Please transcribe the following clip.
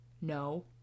No